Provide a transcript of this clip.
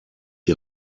die